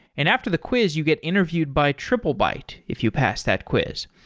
and after the quiz, you get interviewed by triplebyte if you pass that quiz.